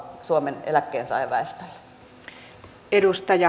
arvoisa rouva puhemies